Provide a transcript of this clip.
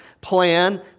plan